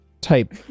type